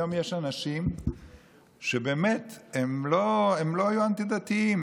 היום יש אנשים שלא היו אנטי-דתיים,